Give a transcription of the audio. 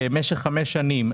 למשך חמש שנים,